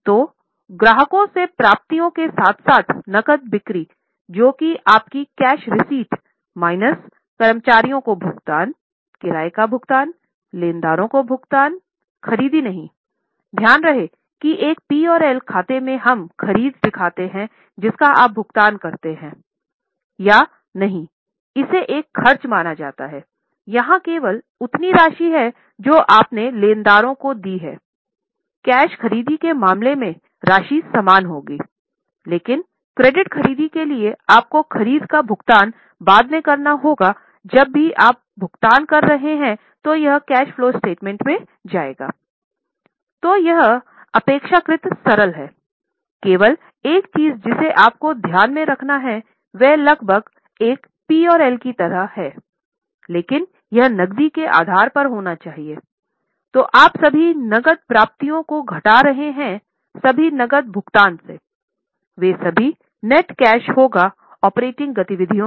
तो ग्राहकों से प्राप्तियों के साथ साथ नकद बिक्री जो कि आपकी कैश रिसीप्ट गतिविधियों से